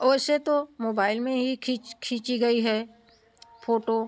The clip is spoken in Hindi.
वैसे तो मोबाइल में ही खींच खींची गई है फोटो